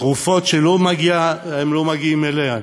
תרופות שהם לא מגיעים אליהן,